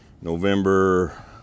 November